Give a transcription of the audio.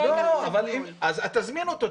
אז תזמין אותו,